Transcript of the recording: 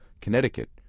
Connecticut